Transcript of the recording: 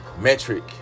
Metric